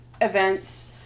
events